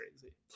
crazy